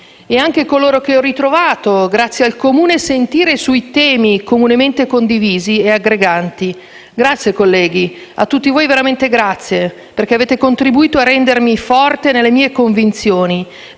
e anche coloro che ho ritrovato, grazie al comune sentire su temi comunemente condivisi e aggreganti. Grazie colleghi, a tutti voi veramente grazie, perché avete contribuito a rendermi forte nelle mie convinzioni,